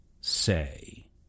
say